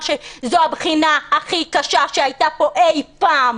שזאת הבחינה הכי קשה שהייתה פה אי-פעם.